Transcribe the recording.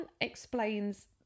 explains